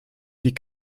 die